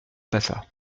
passa